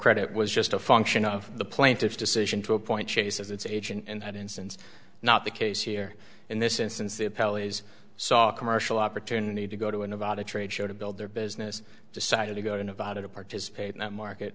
credit was just a function of the plaintiff's decision to appoint chase as its age in that instance not the case here in this instance that pelleas saw a commercial opportunity to go to an about a trade show to build their business decided to go to nevada to participate in that market